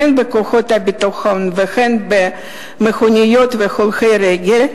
הן על כוחות הביטחון והן על מכוניות והולכי רגל,